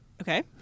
Okay